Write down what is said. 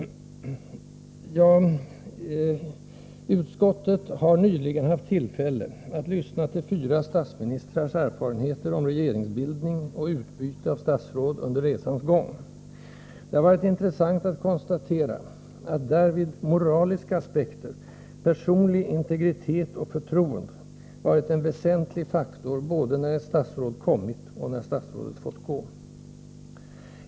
Utskottet har nyligen haft tillfälle att lyssna till fyra statsministrars erfarenheter av regeringsbildning och utbyte av statsråd under resans gång. Det har varit intressant att konstatera att därvid moraliska aspekter — personlig integritet och förtroende — varit en väsentlig faktor både när ett statsråd kommit och när statsrådet fått gå.